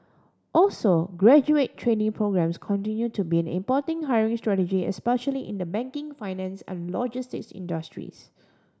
also graduate trainee programmes continue to be importanting hiring strategy especially in the banking finance and logistics industries